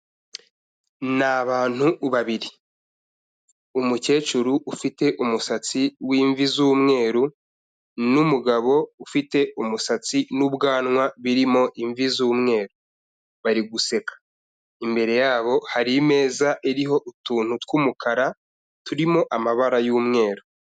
Ni abantu babiri, umukecuru ufite umusatsi w'imvi z'umweru n'umugabo ufite umusatsi n'ubwanwa birimo imvi z'umweru, bari guseka, imbere yabo hari imeza iriho utuntu tw'umukara turimo amabara y'umweru.